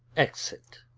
exit.